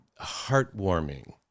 heartwarming